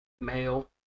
Male